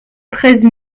treize